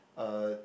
uh